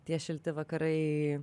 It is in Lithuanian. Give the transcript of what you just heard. tie šilti vakarai